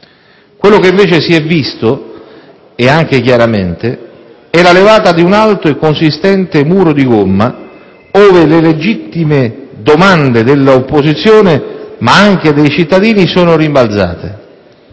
Quello che invece si è visto - e anche chiaramente - è la levata di un alto e consistente muro di gomma ove le legittime domande dell'opposizione, ma anche dei cittadini, sono rimbalzate.